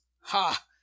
ha